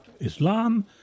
Islam